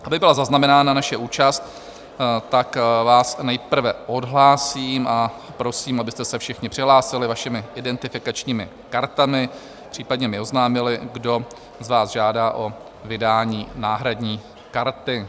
Aby byla zaznamenána naše účast, tak vás nejprve odhlásím a prosím, abyste se všichni přihlásili vašimi identifikačními kartami, případně mi oznámili, kdo z vás žádá o vydání náhradní karty.